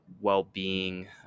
well-being